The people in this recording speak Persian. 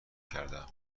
کردهام